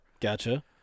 Gotcha